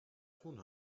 tun